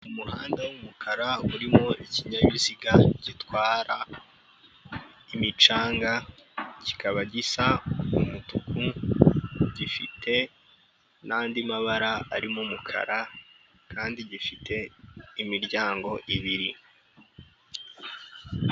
Umuhanda w'umukara urimo ikinyabiziga gitwara imicanga, kikaba gisa umutuku gifite n'andi mabara arimo umukara kandi gifite imiryango ibiri.